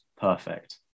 perfect